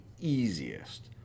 easiest